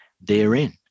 therein